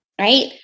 right